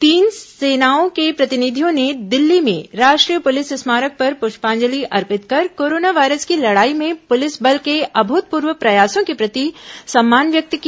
तीनों सेनाओं के प्रतिनिधियों ने दिल्ली में राष्ट्रीय पुलिस स्मारक पर पुष्पांजलि अर्पित कर कोरोना वायरस की लड़ाई में पुलिस बल के अभूतपूर्व प्रयासों के प्रति सम्मान व्यक्त किया